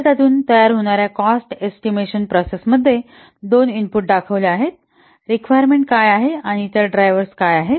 तर त्यातून तयार होणाऱ्या कॉस्ट एस्टिमेशन प्रोसेस मध्ये दोन इनपुट दाखवले आहेत रिकवायरमेंट काय आहे आणि इतर ड्रायव्हर्स काय आहेत